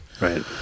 Right